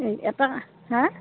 এই এটা হাঁ